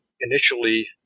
initially